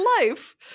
life